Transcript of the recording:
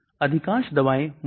यह एक prodrug है